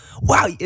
Wow